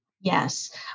Yes